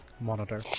monitor